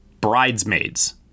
Bridesmaids